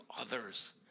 others